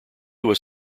was